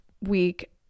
week